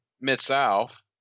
Mid-South